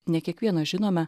ne kiekvienas žinome